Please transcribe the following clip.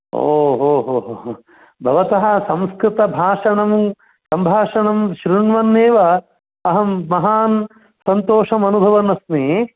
ओ हो हो हो भवतः संस्कृतभाषणं सम्भाषणं शृण्वन्नेव अहं महान् सन्तोषम् अनुभवन्नस्मि